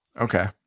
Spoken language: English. okay